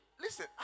listen